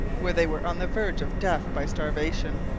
where they were on the verge of death by starvation.